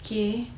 k